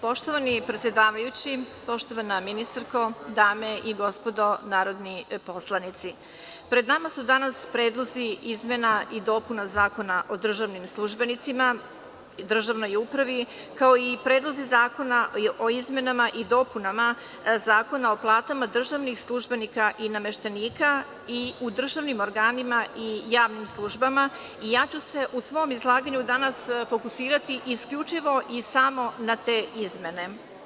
Poštovani predsedavajući, poštovana ministarko, dame i gospodo narodni poslanici, pred nama su danas predlozi izmena i dopuna Zakona o državnim službenicima, državnoj upravi, kao i predlozi zakona o izmenama i dopunama Zakona o platama državnih službenika i nameštenika i u državnim organima i javnim službama i ja ću se u svom izlaganju danas fokusirati isključivo i samo na te izmene.